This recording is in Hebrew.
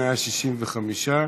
165?